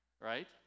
right